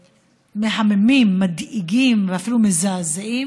מהממים, מדאיגים ואפילו מזעזעים,